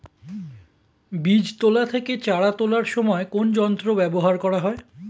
বীজ তোলা থেকে চারা তোলার সময় কোন যন্ত্র ব্যবহার করা হয়?